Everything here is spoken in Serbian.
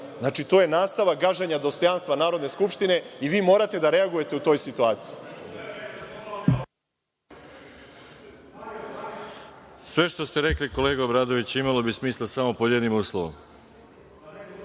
znači, to je nastavak gaženja dostojanstva Narodne skupštine i vi morate da reagujete u toj situaciji. **Veroljub Arsić** Sve što ste rekli kolega Obradoviću imalo bi smisla samo pod jednim uslovom.